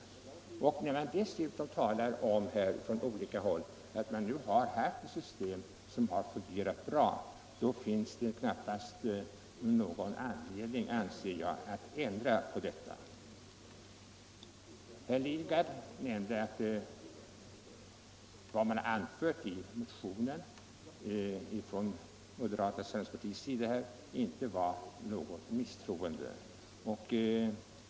När det dessutom från olika håll talas om att ordningen med avtalsreglerat disciplinansvar fungerar bra, anser jag det knappast finns någon anledning att ändra på det. Herr Lidgard nämnde att-vad som anförs i motionen från moderaternas sida inte var något misstroende.